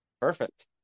Perfect